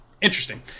Interesting